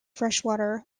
freshwater